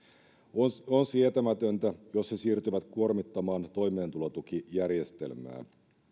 on sietämätöntä jos he siirtyvät kuormittamaan toimeentulotukijärjestelmää